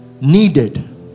needed